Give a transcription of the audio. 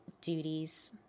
duties